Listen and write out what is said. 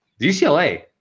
UCLA